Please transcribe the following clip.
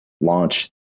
launch